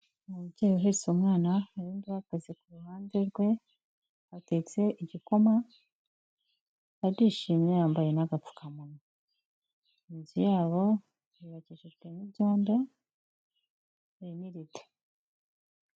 Umubyeyi uhetse umwana, hari n'undi uhagaze ku ruhande rwe, atetse igikoma arishimye yambaye n'agapfukamunwa, inzu yabo yubakishjwe n'ibyodo irimo irido.